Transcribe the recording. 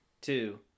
two